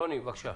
רוני, בבקשה.